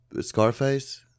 Scarface